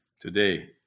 Today